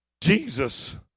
Jesus